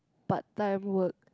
part time work